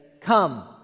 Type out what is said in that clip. Come